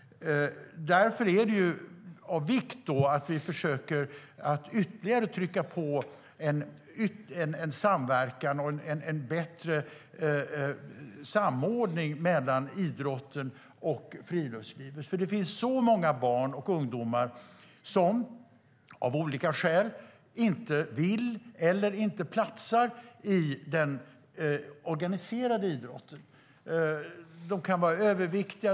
Därför är det av vikt att vi ytterligare försöker att trycka på betydelsen av samverkan och av en bättre samordning mellan idrotten och friluftslivet. Det finns så många barn och ungdomar som av olika skäl inte vill eller inte platsar i den organiserade idrotten. De kan vara överviktiga.